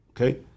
okay